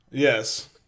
Yes